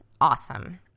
awesome